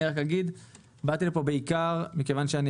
רק אגיד שבאתי לפה בעיקר מכיוון שאני